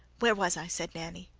where was i? said nanny.